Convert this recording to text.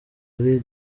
ari